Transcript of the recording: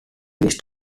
list